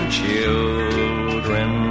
children